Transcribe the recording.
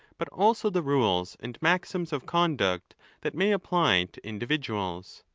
but also the rules and maxims of conduct that may apply to individuals.